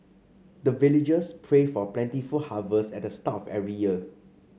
the villagers pray for plentiful harvest at the start of every year